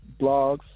Blogs